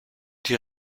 die